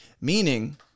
Meaning